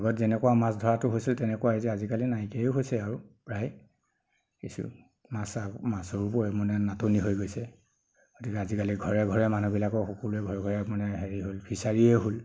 আগত যেনেকুৱা মাছ ধৰাতো হৈছিল তেনেকুৱাই যে আজিকালি নাইকিয়াই হৈছে আৰু প্ৰায় কিছু মাছ মাছৰো পৰিমাণ নাটনি হৈ গৈছে গতিকে আজিকালি ঘৰে ঘৰে মানুহবিলাকক সকলোৱে ঘৰে ঘৰে মানে হেৰি হ'ল ফিছাৰীয়ে হ'ল